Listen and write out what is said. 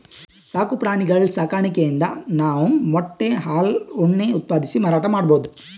ಸಾಕು ಪ್ರಾಣಿಗಳ್ ಸಾಕಾಣಿಕೆಯಿಂದ್ ನಾವ್ ಮೊಟ್ಟೆ ಹಾಲ್ ಉಣ್ಣೆ ಉತ್ಪಾದಿಸಿ ಮಾರಾಟ್ ಮಾಡ್ಬಹುದ್